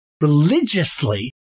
religiously